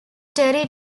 terry